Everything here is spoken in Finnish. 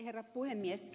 herra puhemies